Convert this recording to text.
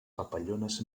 papallones